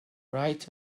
right